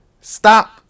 stop